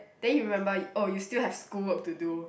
then you remember oh you still have school work to do